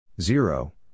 Zero